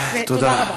תודה רבה.